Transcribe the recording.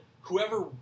whoever